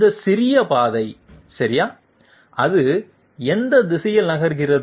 இந்த சிறிய பாதை சரியா அது எந்த திசையில் நகர்கிறது